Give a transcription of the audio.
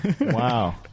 Wow